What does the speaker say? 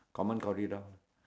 common corridor